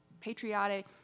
patriotic